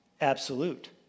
absolute